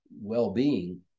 well-being